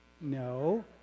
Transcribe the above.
No